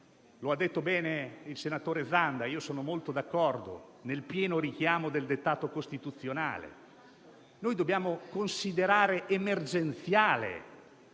Lo ha detto bene il senatore Zanda e io sono molto d'accordo, nel pieno richiamo del dettato costituzionale: noi dobbiamo considerare emergenziale